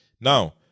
Now